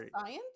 science